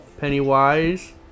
Pennywise